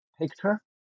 picture